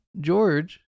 George